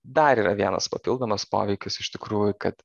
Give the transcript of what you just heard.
dar yra vienas papildomas poveikis iš tikrųjų kad